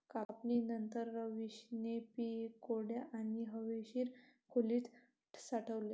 कापणीनंतर, रवीशने पीक कोरड्या आणि हवेशीर खोलीत साठवले